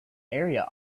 area